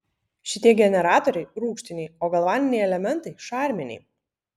šitie generatoriai rūgštiniai o galvaniniai elementai šarminiai